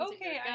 Okay